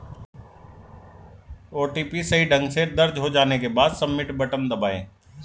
OTP सही ढंग से दर्ज हो जाने के बाद, सबमिट बटन दबाएं